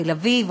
בתל-אביב,